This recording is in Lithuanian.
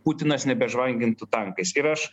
putinas nebe žvangintų tankais ir aš